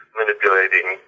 manipulating